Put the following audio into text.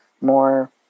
more